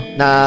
na